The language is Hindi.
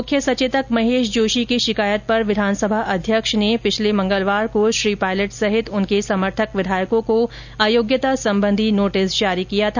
मुख्य सचेतक महेश जोशी की शिकायत पर विधानसभा अध्यक्ष ने पिछले मंगलवार को श्री पायलट सहित उनके समर्थक विधायकों को अयोग्यता संबंधी नोटिस जारी किया था